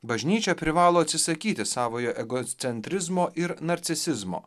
bažnyčia privalo atsisakyti savojo egocentrizmo ir narcisizmo